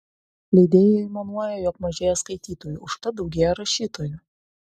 leidėjai aimanuoja jog mažėja skaitytojų užtat daugėja rašytojų